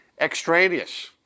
extraneous